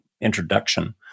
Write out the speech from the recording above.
introduction